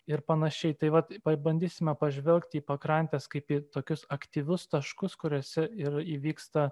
ir panašiai taip pat pabandysime pažvelgt į pakrantes kaip į tokius aktyvius taškus kuriuose ir įvyksta